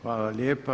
Hvala lijepa.